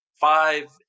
five